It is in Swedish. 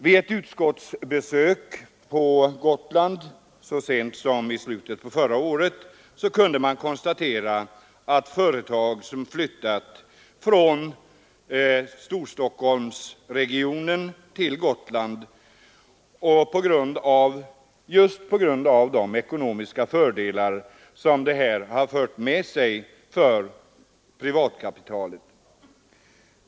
Vid ett utskottsbesök på Gotland så sent som i slutet på förra året kunde man konstatera att företag flyttat från Storstockholmsregionen till Gotland på grund av de ekonomiska fördelar som dessa förhållanden fört med sig för privatkapitalet.